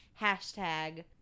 hashtag